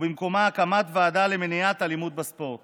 ובמקומה הקמת ועדה למניעת אלימות בספורט